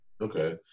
Okay